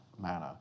manner